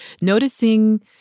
noticing